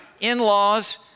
in-laws